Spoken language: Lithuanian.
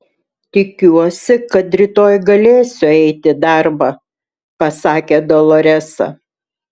tikiuosi kad rytoj galėsiu eiti į darbą pasakė doloresa